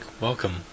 welcome